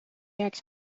jääks